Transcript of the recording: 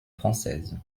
française